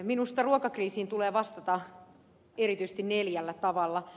minusta ruokakriisiin tulee vastata erityisesti neljällä tavalla